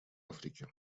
африке